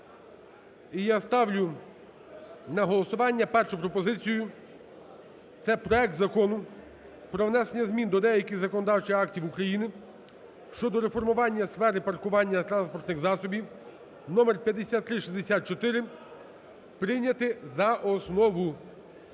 я ставлю на голосування першу пропозицію – це проект Закону про внесення змін до деяких законодавчих актів України щодо реформування сфери паркування транспортних засобів (номер 5364) прийняти за основу.